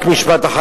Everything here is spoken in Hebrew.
רק משפט אחד.